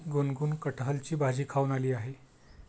गुनगुन कठहलची भाजी खाऊन आली आहे